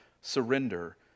surrender